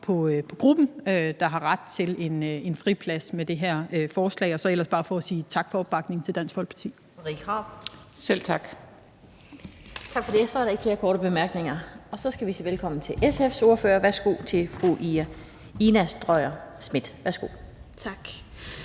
på gruppen, der har ret til en friplads – og så ellers bare for at sige tak for opbakningen til Dansk Folkeparti.